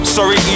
Sorry